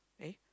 eh